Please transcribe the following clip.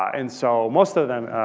and so most of them,